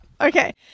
Okay